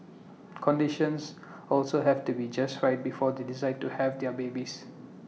conditions also have to be just right before they decide to have their babies